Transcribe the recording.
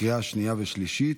לקריאה שנייה ושלישית.